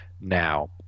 now